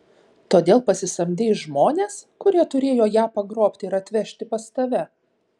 todėl pasisamdei žmones kurie turėjo ją pagrobti ir atvežti pas tave